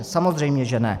Samozřejmě že ne.